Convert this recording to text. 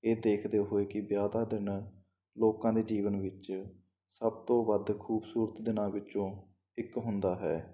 ਇਹ ਦੇਖਦੇ ਹੋਏ ਕਿ ਵਿਆਹ ਦਾ ਦਿਨ ਲੋਕਾਂ ਦੇ ਜੀਵਨ ਵਿੱਚ ਸਭ ਤੋਂ ਵੱਧ ਖੂਬਸੂਰਤ ਦਿਨਾਂ ਵਿੱਚੋਂ ਇੱਕ ਹੁੰਦਾ ਹੈ